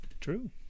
True